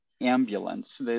ambulance